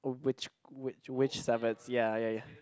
which which which Sabbaths ya ya ya